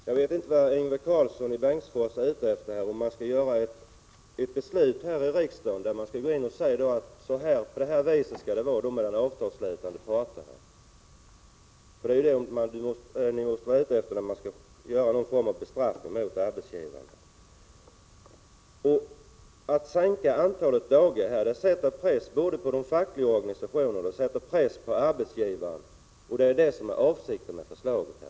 Herr talman! Jag vet inte vad Ingvar Karlsson i Bengtsfors är ute efter. Skall riksdagen fatta ett beslut där man säger att så här skall det vara mellan de avtalsslutande parterna? Det måste väl vara det som ni är ute efter, när man skall ha någon form av bestraffning mot arbetsgivarna. Att sänka antalet dagar sätter press både på de fackliga organisationerna och på arbetsgivaren, och det är det som är avsikten med förslaget.